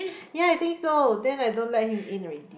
ya I think so then I don't let him in already